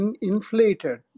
inflated